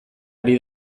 ari